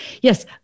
Yes